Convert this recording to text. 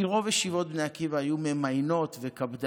כי רוב ישיבות בני עקיבא היו ממיינות וקפדניות,